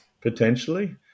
potentially